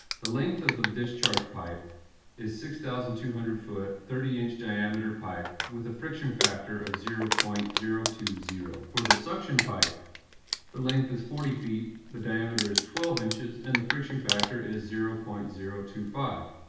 the length of the discharge pipe is a six thousand two hundred foot, thirty inch diameter pipe, with a friction factor of zero point zero two zero. for the suction pipe the length is forty feet the diameter is twelve inches and the friction factor is zero point zero two five.